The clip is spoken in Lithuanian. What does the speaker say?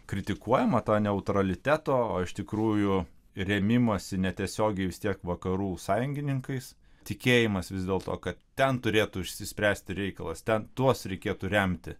kritikuojama ta neutraliteto o iš tikrųjų rėmimąsi netiesiogiai vis tiek vakarų sąjungininkais tikėjimas vis dėl to kad ten turėtų išsispręsti reikalas ten tuos reikėtų remti